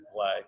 play